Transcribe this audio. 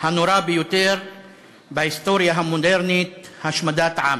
הנורא ביותר בהיסטוריה המודרנית, השמדת עם.